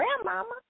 Grandmama